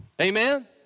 Amen